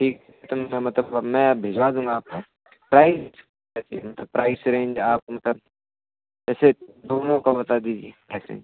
ठीक तो मेरा मतलब अब मैं भिजवा दूँगा आपको प्राइस क्या चाहिए मतलब प्राइस रेंज आपको मतलब ऐसे दोनों का बता दीजिए ऐसे